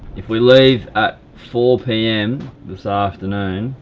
if we leave at four p m. this afternoon,